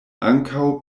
ankaŭ